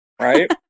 right